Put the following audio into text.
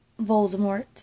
Voldemort